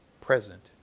present